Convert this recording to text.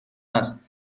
است